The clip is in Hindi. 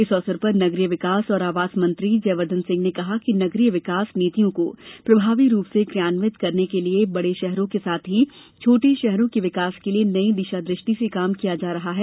इस अवसर पर नगरीय विकास और आवास मंत्री जयवर्धन सिंह ने कहा कि नगरीय विकास नीतियों को प्रभावी रूप से क्रियान्वित करने के लिए बड़े शहरों के साथ ही छोटे शहरों के विकास के लिए नई दिशा दृष्टि से काम किया जा रहा है